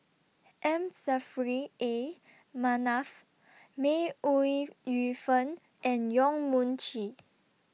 M Saffri A Manaf May Ooi Yu Fen and Yong Mun Chee